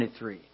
23